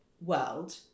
world